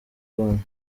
konti